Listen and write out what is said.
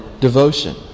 devotion